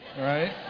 right